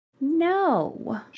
No